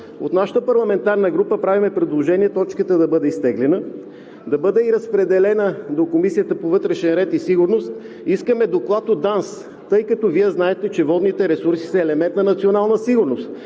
от нашата парламентарна група правим предложение точката да бъде изтеглена, да бъде разпределена и до Комисията по вътрешен ред и сигурност. Искаме доклад от ДАНС, тъй като Вие знаете, че водните ресурси са елемент на национална сигурност.